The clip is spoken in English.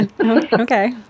okay